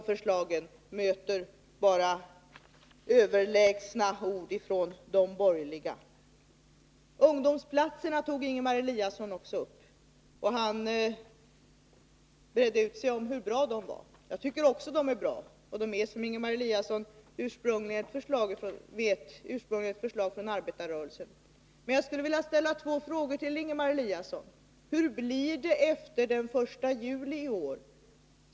De förslagen möts bara av överlägsna ord från de borgerliga. Ingemar Eliasson tog också upp frågan om ungdomsplatserna, och han bredde ut texten om hur bra de var. Jag tycker också att de är bra. Som Ingemar Eliasson vet var det ursprungligen ett förslag från arbetarrörelsen. Jag skulle vilja rikta två frågor till Ingemar Eliasson. Den första frågan är: Hur blir det efter den 1 juli i år?